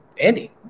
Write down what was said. Andy